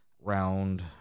round